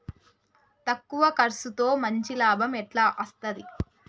తక్కువ కర్సుతో మంచి లాభం ఎట్ల అస్తది?